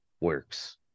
works